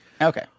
Okay